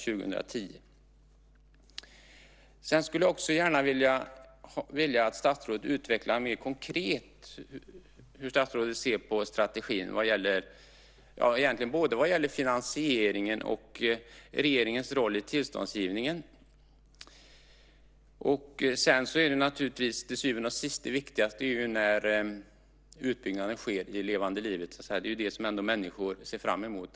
Jag skulle också gärna vilja att statsrådet utvecklar mer konkret hur statsrådet ser på strategin både vad gäller finansieringen och regeringens roll i tillståndsgivningen. Det viktigaste är till syvende och sist när utbyggnaden sker i levande livet. Det är det människor ser fram emot.